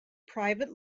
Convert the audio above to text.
private